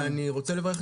אני רוצה לברך אותה,